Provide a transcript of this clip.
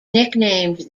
nicknamed